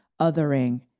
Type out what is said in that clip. othering